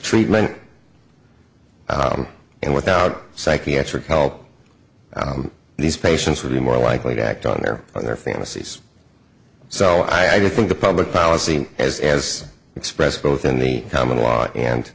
treatment and without psychiatric help these patients would be more likely to act on their own their fantasies so i do think the public policy as expressed both in the common law and